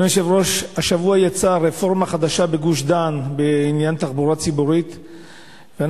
השבוע יצאה רפורמה חדשה בתחבורה הציבורית בגוש-דן,